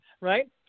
right